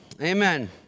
amen